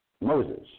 Moses